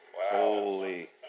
Holy